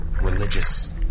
religious